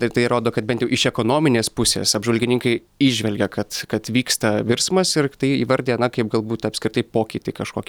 taip tai rodo kad bent jau iš ekonominės pusės apžvalgininkai įžvelgia kad kad vyksta virsmas ir tai įvardija na kaip galbūt apskritai pokytį kažkokį